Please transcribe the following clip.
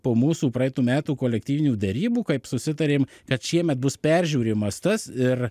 po mūsų praeitų metų kolektyvinių derybų kaip susitarėm kad šiemet bus peržiūrimas tas ir